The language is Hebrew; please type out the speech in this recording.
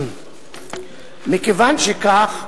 מכיוון שכך,